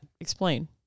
Explain